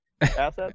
assets